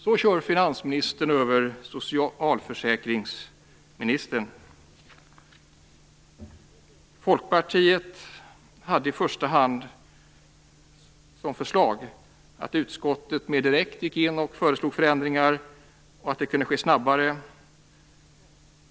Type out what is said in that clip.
Så kör finansministern över socialförsäkringsministern. Folkpartiet menade att i första hand utskottet direkt skulle föreslå förändringar, och det skulle gå snabbare.